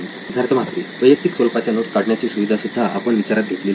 सिद्धार्थ मातुरी वैयक्तिक स्वरूपाच्या नोट्स काढण्याची सुविधा सुद्धा आपण विचारात घेतलेली आहे